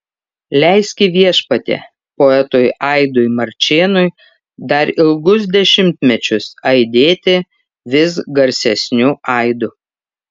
leiski viešpatie poetui aidui marčėnui dar ilgus dešimtmečius aidėti vis garsesniu aidu